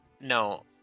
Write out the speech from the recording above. No